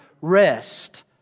rest